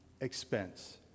expense